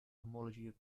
homology